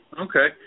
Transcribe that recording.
Okay